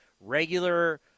Regular